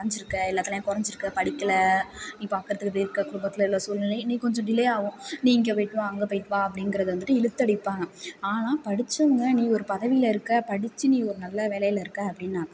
கொறைஞ்சுருக்க எல்லாத்துலேயும் கொறைஞ்சுருக்க படிக்கல நீ பாக்கிறதுக்கு குடும்பத்தில் உள்ள சூழ்நிலையும் நீ கொஞ்சம் டிலே ஆகும் நீ இங்கே போய்ட்டு வா அங்கே போய்ட்டு வா அப்படிங்கிறது வந்துட்டு இழுத்து அடிப்பாங்க ஆனால் படித்தவங்க நீ ஒரு பதவியில் இருக்க படித்து நீ ஒரு நல்ல வேலையில் இருக்க அப்படினாக்கா